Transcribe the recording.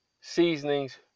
Seasonings